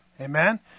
Amen